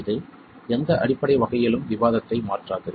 இது எந்த அடிப்படை வகையிலும் விவாதத்தை மாற்றாது